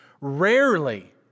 Rarely